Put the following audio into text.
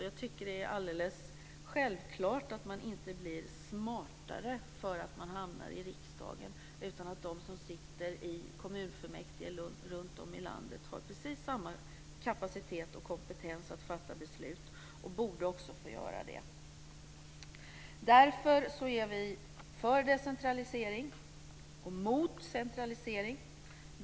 Jag tycker att det är alldeles självklart att man inte blir smartare för att man hamnar i riksdagen och att de som sitter i kommunfullmäktigeförsamlingar runtom i landet har precis samma kapacitet och kompetens att fatta beslut och också borde få göra det. Därför är vi för decentralisering och mot centralisiering.